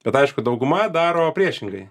bet aišku dauguma daro priešingai